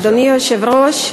אדוני היושב-ראש,